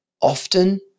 often